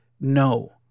no